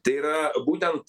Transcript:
tai yra būtent